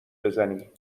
بزنی